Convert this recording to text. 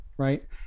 right